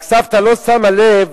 רק סבתא לא שמה לב